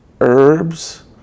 herbs